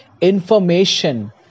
information